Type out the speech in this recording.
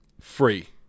free